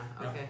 Okay